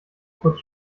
kurz